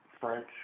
French